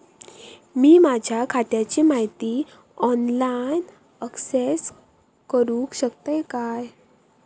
मी माझ्या खात्याची माहिती ऑनलाईन अक्सेस करूक शकतय काय?